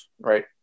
right